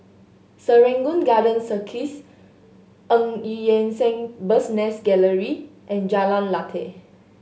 Serangoon Garden Circus Eu Yan Sang Bird's Nest Gallery and Jalan Lateh